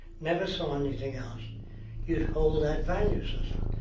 never saw anything else you'd hold that value system.